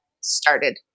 started